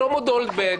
שלמה דולברג,